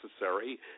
necessary